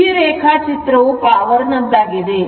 ಈ ರೇಖಾ ಚಿತ್ರವು ಪವರ್ ನದಾಗಿದೆ